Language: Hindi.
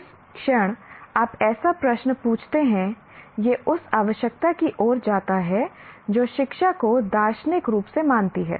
जिस क्षण आप ऐसा प्रश्न पूछते हैं यह उस आवश्यकता की ओर जाता है जो शिक्षा को दार्शनिक रूप से मानती है